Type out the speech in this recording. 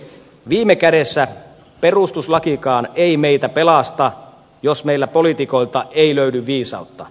viime kädessä perustuslakikaan ei meitä pelasta jos meiltä poliitikoilta ei löydy viisautta